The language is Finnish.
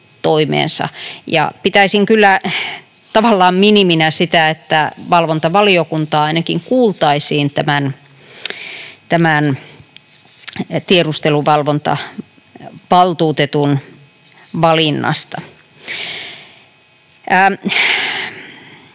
Pitäisin kyllä tavallaan miniminä sitä, että valvontavaliokuntaa ainakin kuultaisiin tämän tiedusteluvalvontavaltuutetun valinnasta.